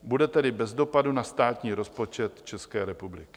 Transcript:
Bude tedy bez dopadu na státní rozpočet České republiky.